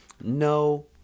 no